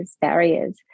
barriers